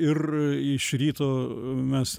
ir iš ryto mes